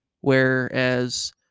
whereas